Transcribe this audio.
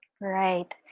Right